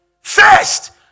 first